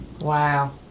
wow